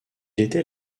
était